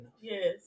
Yes